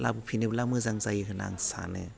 लाबोफिनोब्ला मोजां जायो होन्ना आं सानो